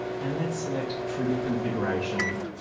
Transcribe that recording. and let's select trigger configuration.